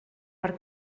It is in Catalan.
per